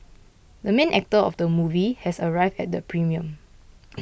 the main actor of the movie has arrived at the premiere